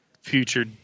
future